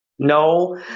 No